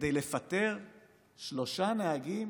כדי לפטר שלושה נהגים